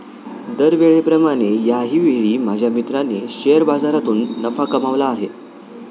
दरवेळेप्रमाणे याही वेळी माझ्या मित्राने शेअर बाजारातून नफा कमावला आहे